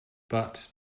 but